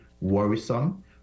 worrisome